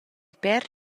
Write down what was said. per